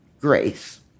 grace